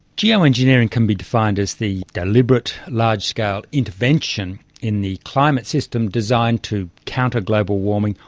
geo-engineering can be defined as the deliberate large-scale intervention in the climate system designed to counter global warming,